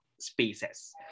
spaces